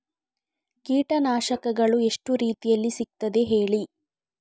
ಕೀಟನಾಶಕಗಳು ಎಷ್ಟು ರೀತಿಯಲ್ಲಿ ಸಿಗ್ತದ ಹೇಳಿ